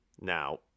Now